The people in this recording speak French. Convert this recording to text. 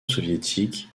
soviétique